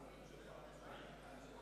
חבר הכנסת אפללו?